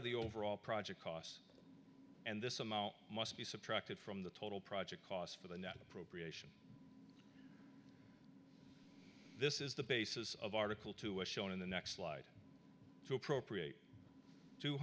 of the overall project cost and this amount must be subtracted from the total project cost for the net appropriation this is the basis of article two is shown in the next slide to appropriate two